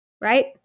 Right